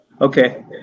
Okay